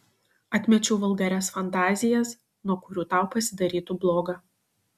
atmečiau vulgarias fantazijas nuo kurių tau pasidarytų bloga